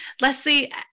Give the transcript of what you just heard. Leslie